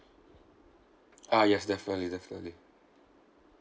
ah yes definitely definitely